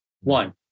One